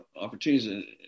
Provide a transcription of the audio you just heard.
Opportunities